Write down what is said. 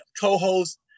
co-host